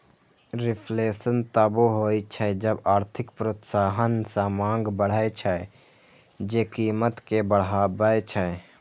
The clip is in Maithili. रिफ्लेशन तबो होइ छै जब आर्थिक प्रोत्साहन सं मांग बढ़ै छै, जे कीमत कें बढ़बै छै